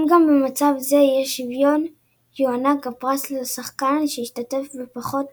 אם גם במצב זה יש שוויון יוענק הפרס לשחקן שהשתתף בפחות